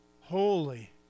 holy